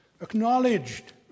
acknowledged